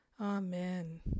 Amen